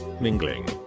Mingling